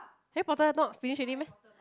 Harry-Potter not finish already meh